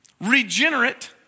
regenerate